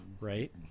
Right